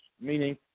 meaning